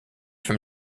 from